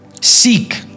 Seek